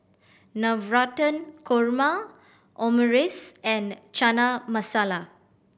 Navratan Korma Omurice and Chana Masala